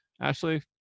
Ashley